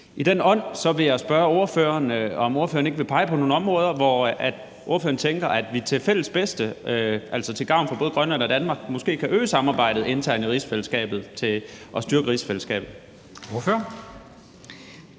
I den ånd vil jeg spørge ordføreren, om ordføreren ikke vil pege på nogle områder, hvor ordføreren tænker at vi til det fælles bedste, altså til gavn for både Grønland og Danmark, måske kan øge samarbejdet internt i rigsfællesskabet og styrke rigsfællesskabet.